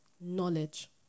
Knowledge